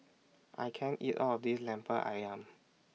I can't eat All of This Lemper Ayam